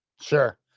Sure